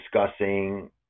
discussing